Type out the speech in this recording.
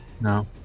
No